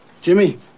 Jimmy